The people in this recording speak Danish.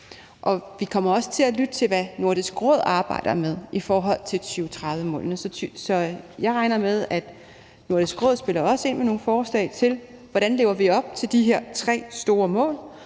Vi kommer også til at lytte til, hvad Nordisk Råd arbejder med i forhold til 2030-målene. Så jeg regner med, at Nordisk Råd også spiller ind med nogle forslag til, hvordan vi lever op til de her tre store mål,